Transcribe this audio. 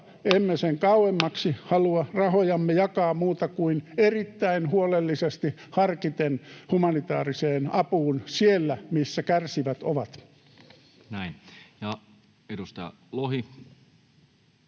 emme sen kauemmaksi halua rahojamme jakaa muuta kuin erittäin huolellisesti harkiten humanitääriseen apuun siellä, missä kärsivät ovat. [Speech